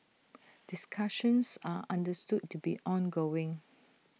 discussions are understood to be ongoing